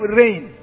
rain